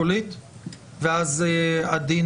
כבר היינו מצביעים לפני שבועיים על החוק הזה.